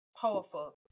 Powerful